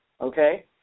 okay